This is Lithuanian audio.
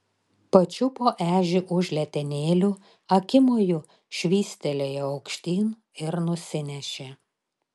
pačiupo ežį už letenėlių akimoju švystelėjo aukštyn ir nusinešė